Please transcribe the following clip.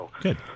Good